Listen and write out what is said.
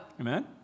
Amen